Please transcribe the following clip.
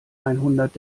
einhundert